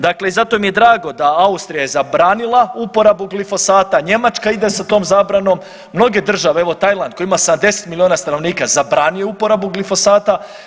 Dakle, i zato mi je drago da je Austrija zabranila uporabu glifosata, Njemačka ide sa tom zabranom, mnoge države, evo Tajland koji ima 70 milijuna stanovnika zabranio je uporabu glifosata.